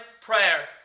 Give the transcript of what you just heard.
prayer